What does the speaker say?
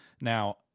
Now